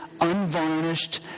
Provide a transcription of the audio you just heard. unvarnished